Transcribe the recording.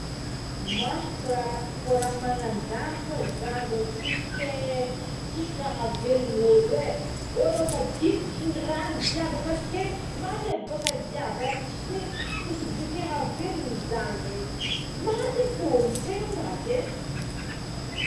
Mah kora- koa raha magnan'zagny fo zany ro tsisy ke tsisy raha havelogno olo é olo efa difotrin'ny rano jiaby efa sempotra maty boka jiaby é tsy oe possibilite ahavelogna zagny é maty ampologny tegna maty é.